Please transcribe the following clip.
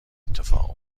اتفاق